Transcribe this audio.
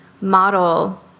model